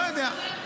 לא יודע.